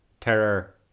terror